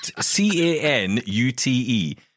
C-A-N-U-T-E